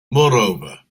moreover